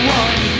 one